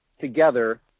together